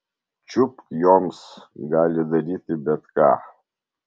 čiupk joms gali daryti bet ką